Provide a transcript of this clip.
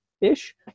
ish